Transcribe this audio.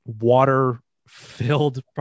water-filled